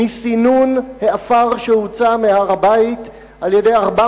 מסינון העפר שהוצא מהר-הבית על-ידי 400